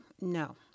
no